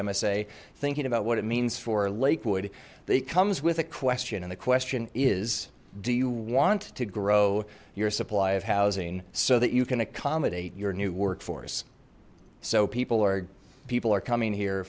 msa thinking about what it means for lakewood they comes with a question and the question is do you want to grow your supply of housing so that you can accommodate your new workforce so people are people are coming here